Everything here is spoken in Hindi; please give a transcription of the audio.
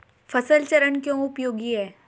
फसल चरण क्यों उपयोगी है?